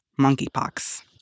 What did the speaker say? monkeypox